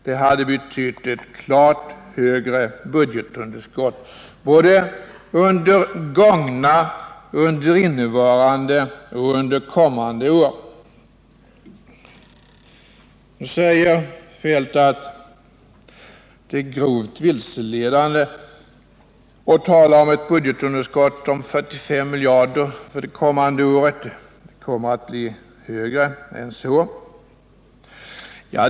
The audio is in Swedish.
Det hade betytt ett klart högre budgetunderskott både under gångna, innevarande och kommande år. Nu säger Kjell-Olof Feldt att det är grovt vilseledande att tala om ett budgetunderskott på 45 miljarder kronor för det kommande året — det kommer att bli högre än så.